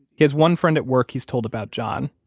he has one friend at work he's told about john.